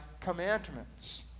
commandments